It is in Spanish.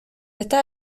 está